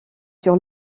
sur